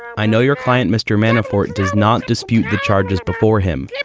i know your client, mr. manafort, does not dispute the charges before him. yeah